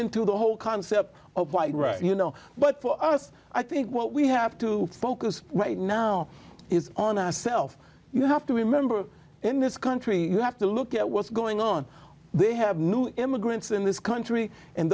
into the whole concept of white right you know but for us i think what we have to focus right now is on our self you have to remember in this country you have to look at what's going on they have new immigrants in this country and